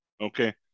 Okay